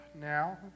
now